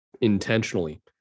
intentionally